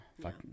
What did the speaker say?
fuck